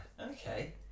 Okay